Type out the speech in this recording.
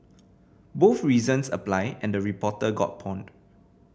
both reasons apply and the reporter got pawned